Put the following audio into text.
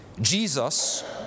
Jesus